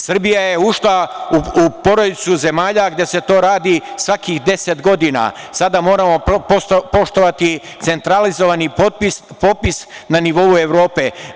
Srbija je ušla u porodicu zemalja, gde se to radi svakih 10 godina, a sada moramo poštovati centralizovani popis na nivou Evrope.